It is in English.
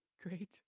Great